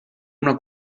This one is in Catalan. una